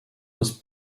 was